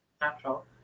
natural